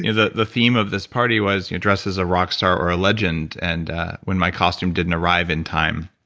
you know the the theme of this party was dress as a rockstar or a legend. and when my costume didn't arrive in time,